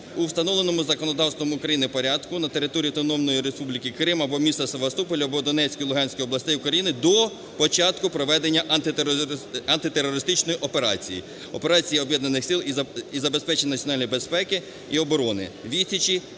у встановленому законодавством України порядку на території Автономної Республіки Крим або міста Севастополя, або Донецької і Луганської областей України до початку проведення антитерористичної операції, Операції Об'єднаних сил із забезпечення національної безпеки і оборони,